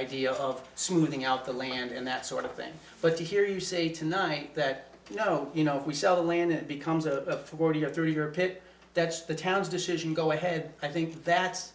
idea of smoothing out the land and that sort of thing but to hear you say tonight that you know you know if we sell land it becomes a forty year thirty or pick that's the town's decision go ahead i think that's